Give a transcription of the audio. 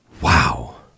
Wow